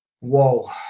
Whoa